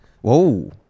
Whoa